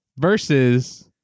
versus